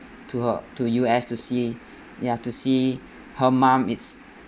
to her to U_S to see ya to see her mum it's